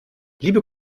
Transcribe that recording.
liebe